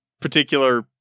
particular